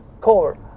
core